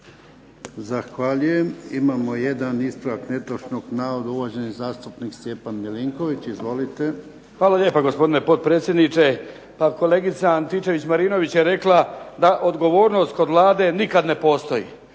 Zahvaljujem. Imamo jedan ispravak netočnog navoda uvaženi zastupnik Stjepan Milinković. Izvolite. **Milinković, Stjepan (HDZ)** Hvala lijepo gospodine potpredsjedniče. Pa kolegica Antičević-Marinović je rekla da odgovornost kod Vlade nikada ne postoji.